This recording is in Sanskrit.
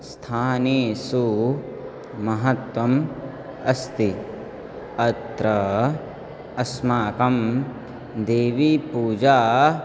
स्थानेषु महत्त्वम् अस्ति अत्र अस्माकं देवीपूजायाः